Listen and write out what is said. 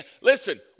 Listen